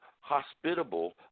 hospitable